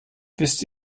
wisst